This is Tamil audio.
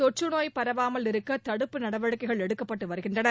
தொற்றுநோய் பரவாமல் இருக்க தடுப்பு நடவடிக்கைகள் எடுக்கப்பட்டு வருகின்றன